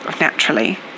naturally